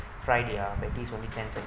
fry their patties only can